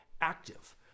active